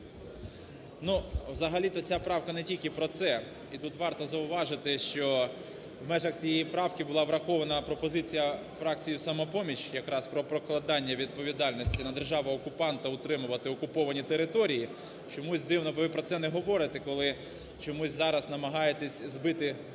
Ну, взагалі-то ця правка не тільки про це. І тут варто зауважити, що в межах цієї правки була врахована пропозиція фракції "Самопоміч" якраз про покладання відповідальності на державу-окупанта утримувати окуповані території. Чомусь, дивно, ви про це не говорите, коли чомусь зараз намагаєтесь збити,